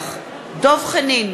נוכח דב חנין,